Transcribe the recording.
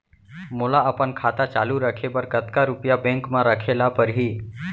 मोला अपन खाता चालू रखे बर कतका रुपिया बैंक म रखे ला परही?